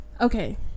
okay